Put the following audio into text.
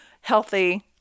Healthy